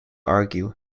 argue